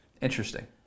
Interesting